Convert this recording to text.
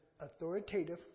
authoritative